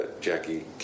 Jackie